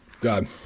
God